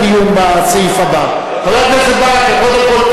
הכשל הבסיסי בחוק הזה הוא לא באי-אמון של הממשלה בשריה,